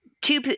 Two